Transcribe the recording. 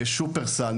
שופרסל,